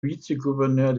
vizegouverneur